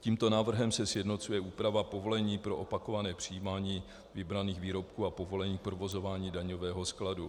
Tímto návrhem se sjednocuje úprava povolení pro opakované přijímání vybraných výrobků a povolení provozování daňového skladu.